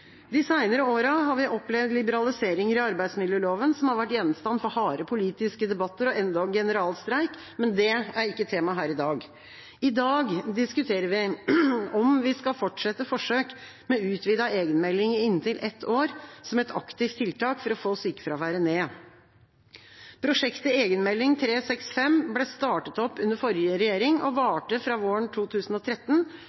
De seinere åra har vi opplevd liberaliseringer i arbeidsmiljøloven som har vært gjenstand for harde politiske debatter og endog generalstreik. Men det er ikke tema her i dag. I dag diskuterer vi om vi skal fortsette forsøk med utvidet egenmelding i inntil ett år, som et aktivt tiltak for å få sykefraværet ned. Prosjektet Egenmelding 365 ble startet opp under forrige regjering og